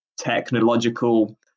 technological